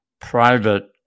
private